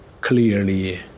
clearly